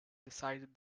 decided